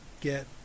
get